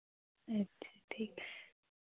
अच्छा ठीक है